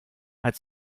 hat